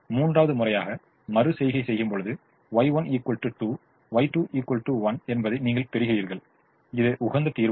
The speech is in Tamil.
எனவே மூன்றாவது முறையாக மறு செய்கை செய்யும்பொழுது Y1 2 Y2 1 என்பதை நீங்கள் பெறுகிறீர்கள் இது உகந்த தீர்வாகும்